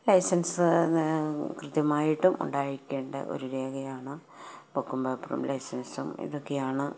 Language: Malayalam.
ലൈസൻസ് കൃത്യമായിട്ടും ഉണ്ടായിരിക്കേണ്ട ഒരു രേഖയാണ് ബുക്കും പേപ്പറും ലൈസൻസും ഇതൊക്കെയാണ്